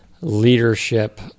leadership